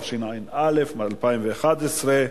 התשע"א 2011,